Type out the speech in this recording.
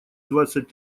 двадцать